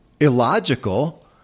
illogical